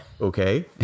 Okay